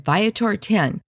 Viator10